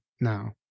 now